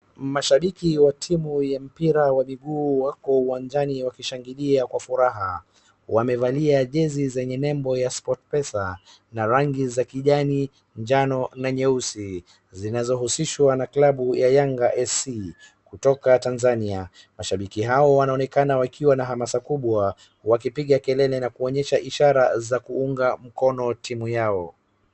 Mashabiki wa timu ya mpira wa miguu wako uwanjani wakishangilia kwa furaha. Wamevalia jezi zenye nembo ya Sport Pesa na rangi za kijani, njano na nyeusi, zinazohusishwa na klabu ya Yanga SC kutoka Tanzania. Mashabiki hao wanaonekana wakiwa na hamasa kubwa wakipiga kelele na kuonyesha ishara za kuunga mkono timu yao.